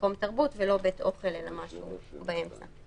מקום תרבות ולא בית אוכל אלא משהו באמצע.